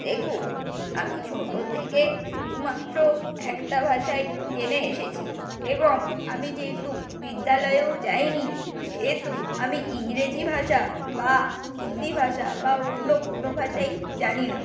দেখুন আমি ছোট থেকে শুধুমাত্র একটা ভাষাই জেনে এসেছি এবং আমি যেহেতু বিদ্যালয়েও যাইনি সেহেতু আমি ইংরেজী ভাষা বা হিন্দি ভাষা বা অন্য কোনো ভাষাই জানি না